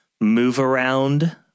move-around